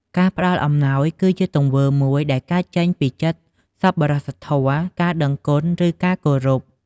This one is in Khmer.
ការផ្ដល់អំណោយ គឺជាទង្វើមួយដែលកើតចេញពីចិត្តសប្បុរសធម៌ ការដឹងគុណ ឬការគោរព។